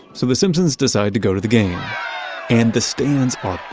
so the simpsons decide to go to the game and the stands are